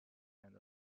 and